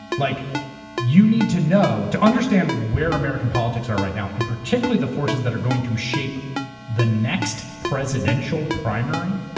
like you need to know, to understand where american politics are right now, and particularly the forces that are going to shape the next presidential primary.